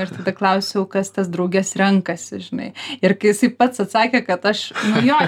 ir tada klausiau kas tas drauges renkasi žinai ir jisai pats atsakė kad aš jo